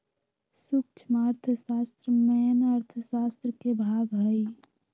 सूक्ष्म अर्थशास्त्र मेन अर्थशास्त्र के भाग हई